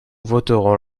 voterons